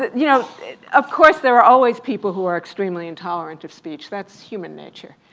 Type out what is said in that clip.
you know of course, there are always people who are extremely intolerant of speech. that's human nature,